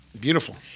beautiful